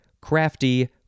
crafty